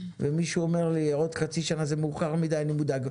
ומישהו אומר לי: עוד חצי שנה זה מאוחר מדי זה מדאיג.